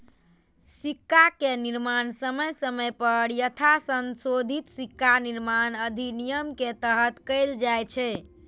सिक्काक निर्माण समय समय पर यथासंशोधित सिक्का निर्माण अधिनियम के तहत कैल जाइ छै